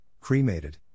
Cremated